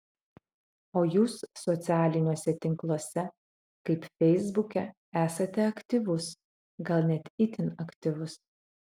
o jūs socialiniuose tinkluose kaip feisbuke esate aktyvus gal net itin aktyvus